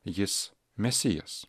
jis mesijas